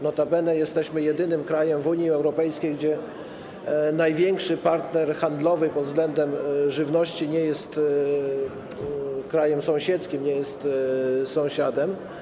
Notabene jesteśmy jedynym krajem w Unii Europejskiej, w przypadku którego największy partner handlowy pod względem żywności nie jest krajem sąsiedzkim, nie jest sąsiadem.